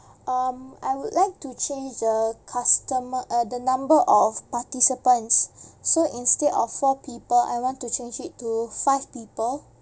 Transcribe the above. um I would like to change the customer uh the number of participants so instead of four people I want to change it to five people